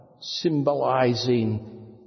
symbolizing